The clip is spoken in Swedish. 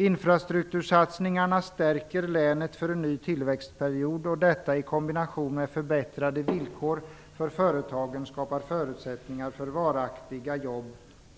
Infrastruktursatsningarna stärker länet för en ny tillväxtperiod, och detta i kombination med förbättrade villkor för företagen skapar förutsättningar för varaktiga jobb